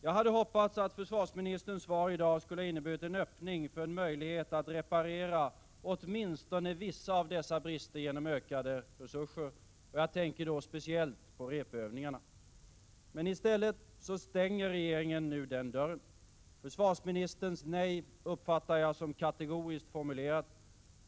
Jag hade hoppats att försvarsministerns svar i dag skulle ha inneburit en öppning för en möjlighet att reparera åtminstone vissa av dessa brister genom ökade resurser. Jag tänker då speciellt på repövningarna. Men i stället stänger regeringen den dörren. Försvarsministerns nej uppfattar jag som kategoriskt formulerat.